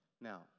Now